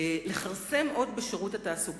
ולכרסם עוד בשירות התעסוקה,